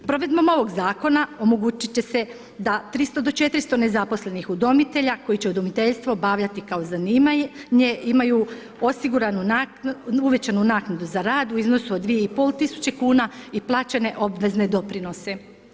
Provedbom ovog zakona omogućit će se da 300 do 400 nezaposlenih udomitelja koji će udomiteljstvo obavljati kao zanimanje imaju osiguranu, uvećanu naknadu za rad u iznosu od 2.500 kuna i plaćene obvezne doprinose.